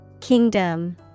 Kingdom